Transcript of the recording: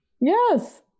yes